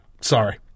Sorry